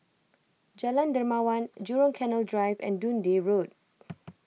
Jalan Dermawan Jurong Canal Drive and Dundee Road